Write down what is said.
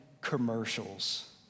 commercials